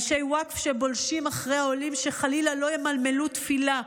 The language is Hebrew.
אנשי ווקף שבולשים אחרי העולים שחלילה לא ימלמלו תפילה,